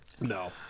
no